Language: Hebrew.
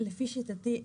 לפי שיטתי,